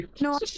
No